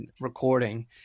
recording